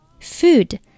Food